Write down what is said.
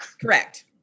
Correct